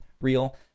real